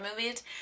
movies